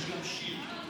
יש גם שיר.